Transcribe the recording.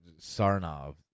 Sarnov